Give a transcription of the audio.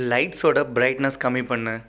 லைட்ஸோட brightness கம்மி பண்ணு